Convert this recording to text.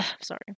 sorry